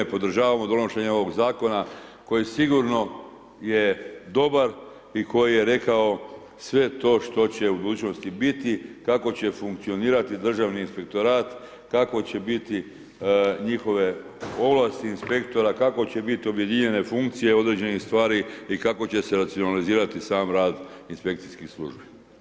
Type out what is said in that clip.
Podržavamo donošenje ovoga Zakona koji sigurno je dobar i koji je rekao sve to što će u budućnosti biti, kako će funkcionirati Državni inspektorat, kako će biti njihove ovlasti inspektora, kako će biti objedinjene funkcije određenih stvari i kako će se racionalizirati sam rad inspekcijskih službi.